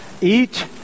eat